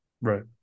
Right